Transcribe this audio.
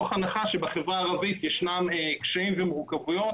זאת מתוך הנחה שבחברה הערבית ישנם קשיים וצריך